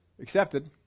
accepted